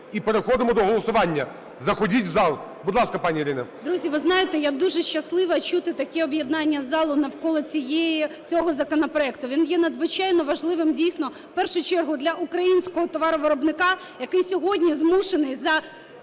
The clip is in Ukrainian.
і переходимо до голосування. Заходіть в зал. Будь ласка, пані Ірина. 11:49:20 ГЕРАЩЕНКО І.В. Друзі, ви знаєте я дуже щаслива чути таке об'єднання залу навколо цього законопроекту, він є надзвичайно важливим, дійсно, в першу чергу для українського товаровиробника, який сьогодні змушений за